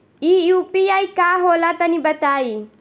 इ यू.पी.आई का होला तनि बताईं?